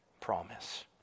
promise